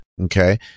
Okay